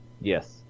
yes